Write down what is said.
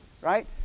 right